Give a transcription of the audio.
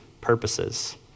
purposes